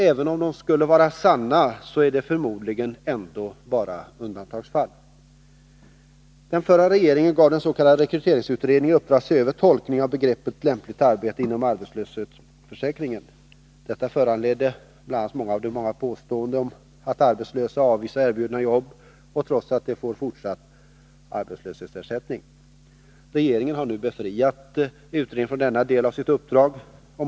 Även om de skulle vara sanna, så är de förmodligen ändå bara Den förra regeringen gav den s.k. rekryteringsutredningen i uppdrag att se över tolkningen av begreppet ”lämpligt arbete” inom arbetslöshetsförsäkringen. Detta föranleddes bl.a. av de många påståendena att arbetslösa avvisar erbjudna jobb och trots det får fortsatt arbetslöshetsersättning. Regeringen har nu befriat utredningen från denna del av sitt uppdrag.